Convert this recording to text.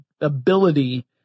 ability